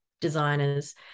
designers